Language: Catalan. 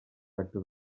tracta